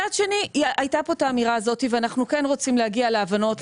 מצד שני הייתה פה את האמירה הזאת ואנחנו כן רוצים להגיע להבנות,